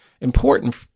important